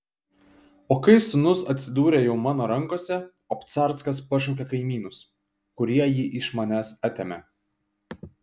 o kai sūnus atsidūrė jau mano rankose obcarskas pašaukė kaimynus kurie jį iš manęs atėmė